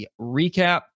recap